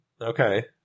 Okay